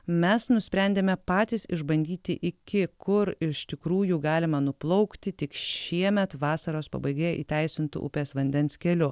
mes nusprendėme patys išbandyti iki kur iš tikrųjų galima nuplaukti tik šiemet vasaros pabaigoje įteisintu upės vandens keliu